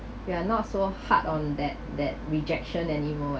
we are not so hard on that that rejection anymore eh